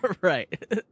Right